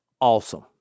Awesome